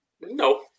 No